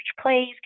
plays